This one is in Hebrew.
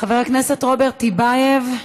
חבר הכנסת רוברט טיבייב,